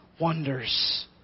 wonders